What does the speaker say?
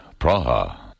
Praha